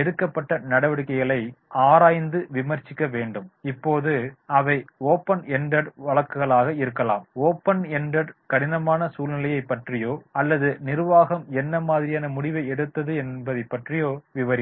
எடுக்கப்பட்ட நடவடிக்கைகளை ஆராய்ந்து விமர்சிக்க வேண்டும் இப்போது அவை ஓபன் என்டெட் வழக்குகளாக இருக்கலாம் ஓபன் என்டெட் கடினமான சூழ்நிலையை பற்றியோ அல்லது நிர்வாகம் என்ன மாதிரியான முடிவை எடுத்தது என்பது பற்றியோ விவரிக்கும்